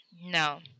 no